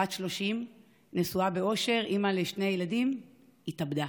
בת 30, נשואה באושר, אימא לשני ילדים, התאבדה.